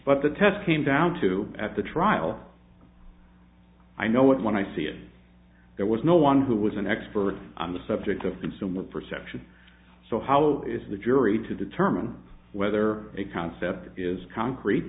but the test came down to at the trial i know what when i see it there was no one who was an expert on the subject of consumer perception so how is the jury to determine whether a concept is concrete